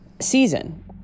season